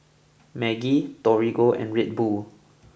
Maggi Torigo and Red Bull